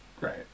right